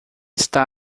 está